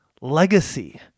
legacy